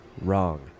wrong